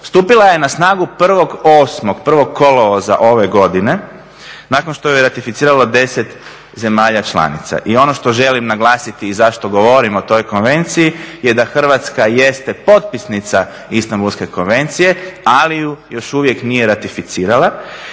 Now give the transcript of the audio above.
Stupila je na snagu 1.8. ove godine, nakon što je ratificiralo 10 zemalja članica. I ono što želim naglasiti i zašto govorim o toj konvenciji je da Hrvatska jeste potpisnica Istambulske konvencije ali ju još uvijek nije ratificirala.